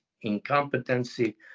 incompetency